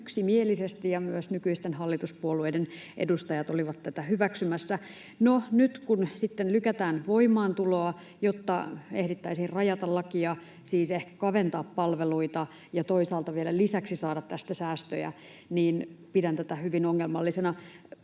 ja myös nykyisten hallituspuolueiden edustajat olivat tätä hyväksymässä. No, nyt kun sitten lykätään voimaantuloa, jotta ehdittäisiin rajata lakia — siis ehkä kaventaa palveluita ja toisaalta vielä lisäksi saada tästä säästöjä — niin pidän tätä hyvin ongelmallisena.